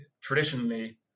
Traditionally